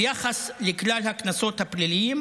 ביחס לכלל הקנסות הפליליים,